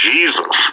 Jesus